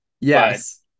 Yes